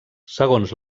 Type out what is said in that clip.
segons